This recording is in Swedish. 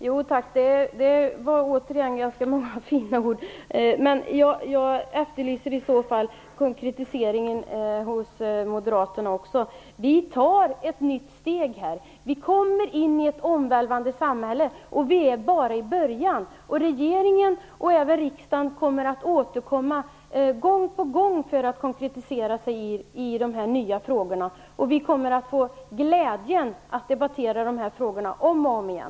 Herr talman! Jo tack, här kom återigen ganska många fina ord. Jag efterlyser konkretisering även hos Vi tar nu ett nytt steg. Vi kommer in i ett omvälvande samhälle, och vi står bara i början. Regeringen och även riksdagen kommer att återkomma gång på gång för att konkretisera sig i dessa nya frågor. Vi kommer att få glädjen att debattera dessa frågor om och om igen.